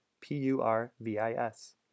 P-U-R-V-I-S